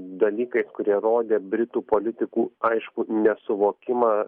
dalykais kurie rodė britų politikų aišku nesuvokimą